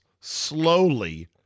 slowly